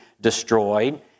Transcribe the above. destroyed